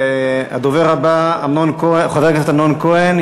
הדובר הבא, אמנון כהן, חבר הכנסת אמנון כהן.